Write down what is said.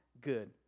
good